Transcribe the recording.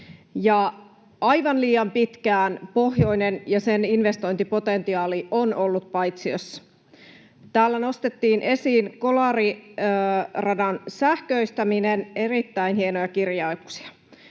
Aivan liian pitkään pohjoinen ja sen investointipotentiaali on ollut paitsiossa. Täällä nostettiin esiin Kolari-radan sähköistäminen — erittäin hienoja kirjauksia.